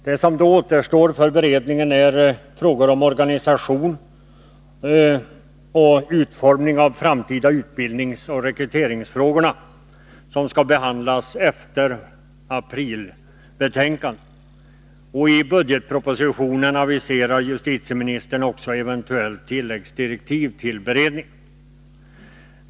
Det som återstår för beredningen är avsnittet om organisationen och utformningen av de framtida utbildningsoch rekryteringsfrågorna, som skall behandlas sedan aprilbetänkandet avlämnats. I budgetpropositionen aviserar justitieministern också eventuella tilläggsdirektiv till beredningen.